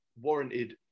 warranted